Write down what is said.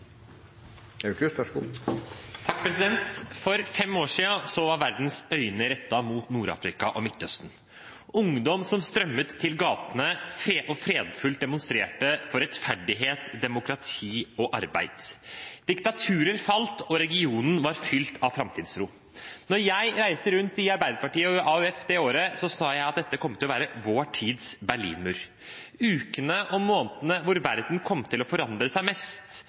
For fem år siden var verdens øyne rettet mot Nord-Afrika og Midtøsten, mot ungdom som strømmet til gatene og fredfullt demonstrerte for rettferdighet, demokrati og arbeid. Diktaturer falt, og regionen var fylt av framtidstro. Da jeg reiste rundt med Arbeiderpartiet og AUF det året, sa jeg at dette kom til å være vår tids berlinmur: ukene og månedene hvor verden kom til å forandre seg mest,